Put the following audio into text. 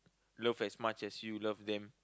love as much you love them